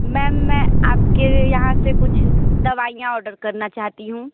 ma'am मैं आपके यहाँ से कुछ दवाइयाँ ऑर्डर करना चाहती हूँ